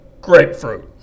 grapefruit